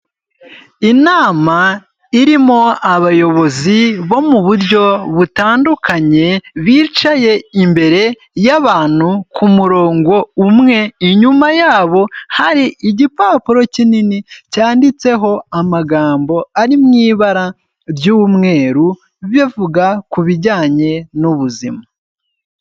Inama irimo abayobozi bo mu buryo butandukanye, bicaye imbere y'abantu, ku murongo umwe, inyuma yabo hari igipapuro kinini cyanditseho amagambo ari mu ibara ry'umweru, bivuga ku bijyanye n'ubuzima.